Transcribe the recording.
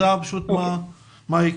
בסדר.